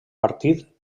partit